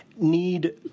need